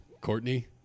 Courtney